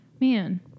Man